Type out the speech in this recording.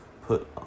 put